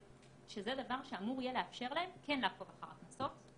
שזה דבר שאמור יהיה לאפשר להם כן לעקוב אחר הקנסות.